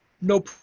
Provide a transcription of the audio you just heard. no